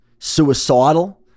suicidal